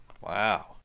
Wow